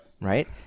Right